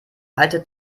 alte